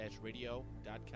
radio.com